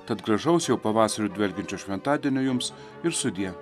tad gražaus jau pavasariu dvelkiančio šventadienio jums ir sudie